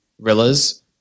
Rillas